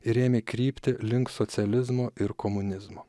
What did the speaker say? ir ėmė krypti link socializmo ir komunizmo